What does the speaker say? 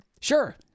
Sure